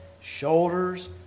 shoulders